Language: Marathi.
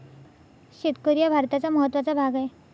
शेतकरी हा भारताचा महत्त्वाचा भाग आहे